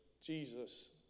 Jesus